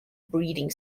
breeding